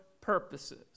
purposes